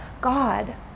God